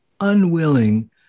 unwilling